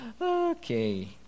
Okay